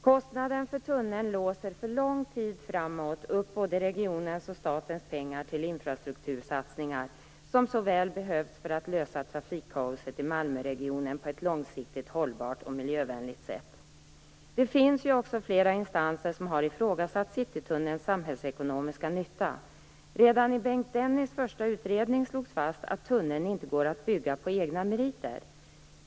Kostnaden för tunneln låser för lång tid framåt upp både regionens och statens pengar till infrastruktursatsningar som så väl behövs för att lösa trafikkaoset i Malmöregionen på ett långsiktigt, hållbart och miljövänligt sätt. Det finns ju också flera instanser som har ifrågasatt Citytunnelns samhällsekonomiska nytta. Redan i Bengt Dennis första utredning slogs fast att tunneln inte går att bygga på egna meriter.